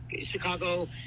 Chicago